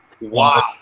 Wow